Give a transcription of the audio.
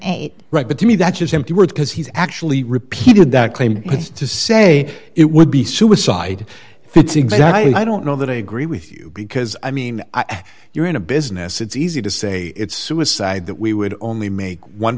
ever right but to me that's just empty words because he's actually repeated that claim to say it would be suicide it's exactly i don't know that i agree with you because i mean you're in a business it's easy to say it's suicide that we would only make one